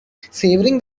savouring